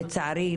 לצערי,